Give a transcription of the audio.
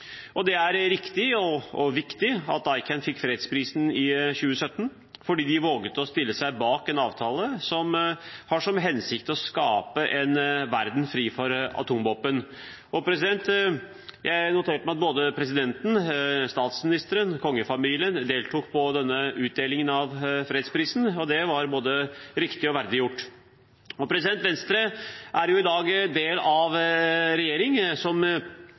Det er riktig og viktig at ICAN fikk fredsprisen i 2017, for de våget å stille seg bak en avtale som har til hensikt å skape en verden fri for atomvåpen. Jeg noterte meg at både presidenten, statsministeren og kongefamilien deltok på utdelingen av fredsprisen, og det var både riktig og verdig gjort. Venstre er i dag en del av en regjering som